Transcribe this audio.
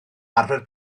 arfer